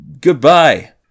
Goodbye